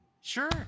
Sure